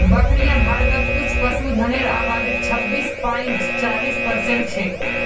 बकरियां भारतत कुल पशुधनेर आबादीत छब्बीस पॉइंट चालीस परसेंट छेक